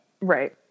Right